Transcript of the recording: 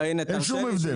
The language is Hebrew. אין שום הבדל.